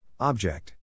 Object